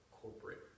corporate